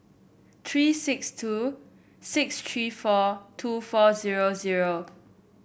tree six two six tree four two four zero zero